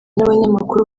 n’abanyamakuru